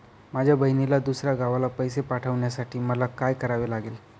माझ्या बहिणीला दुसऱ्या गावाला पैसे पाठवण्यासाठी मला काय करावे लागेल?